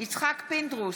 יצחק פינדרוס,